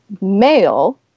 male